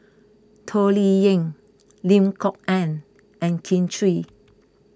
Toh Liying Lim Kok Ann and Kin Chui